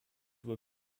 were